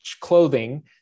clothing